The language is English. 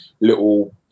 little